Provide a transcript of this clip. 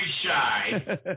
shy